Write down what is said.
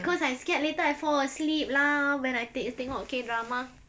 because I scared later I fall asleep lah when I te~ tengok K drama